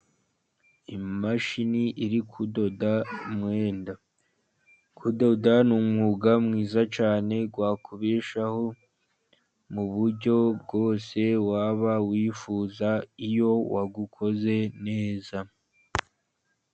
Imashini iri kudoda umwenda. Kudoda ni umwuga mwiza cyane, wakubeshaho mu buryo bwose waba wifuza, iyo wawukoze neza.